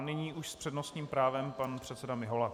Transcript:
Nyní už s přednostním právem pan předseda Mihola.